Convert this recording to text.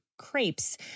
crepes